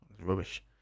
Rubbish